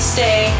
Stay